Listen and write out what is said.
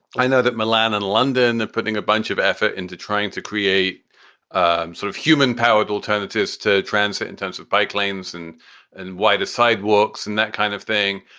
i know that milan and london and putting a bunch of effort into trying to create and sort of human powered alternatives to transit in terms of bike lanes. and and why the sidewalks and that kind of thing?